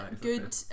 good